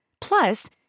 Plus